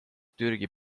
türgi